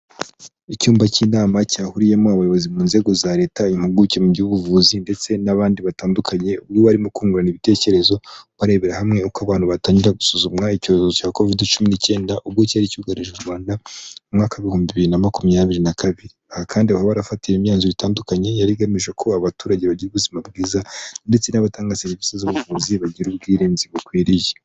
Icyumba cy'inama cyahuriyemo abayobozi mu nzego za leta, impuguke mu by'ubuvuzi ndetse n'abandi batandukanye. Ubwo barimo kungurana ibitekerezo barebera hamwe uko abantu batangira gusuzumwa icyorezo cya kovide cumi n'icyenda, ubwo cyari cyugarije u Rwanda mwaka w'ibihumbibiri na makumyabiri na kabiri. Aha kandi bakaba barafatiyeyo imyanzuzo itandukanye yari igamije ko abaturage bagira ubuzima bwiza ndetse n'abatanga serivisi z'ubuvuzi bagira ubwirinzi bukwiriye.